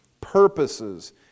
purposes